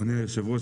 אדוני היו"ר,